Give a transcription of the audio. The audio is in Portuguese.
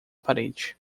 parede